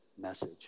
message